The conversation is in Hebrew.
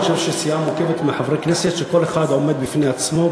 אני חושב שסיעה מורכבת מחברי כנסת שכל אחד עומד בפני עצמו,